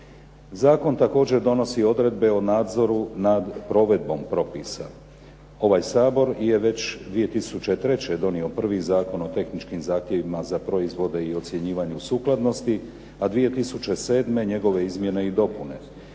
Zakon također donosi odredbe o nadzoru nad provedbom propisa. Ovaj Sabor je već 2003. donio prvi Zakon o tehničkim zahtjevima za proizvode i ocjenjivanju sukladnosti, a 2007. njegove izmjene i dopune.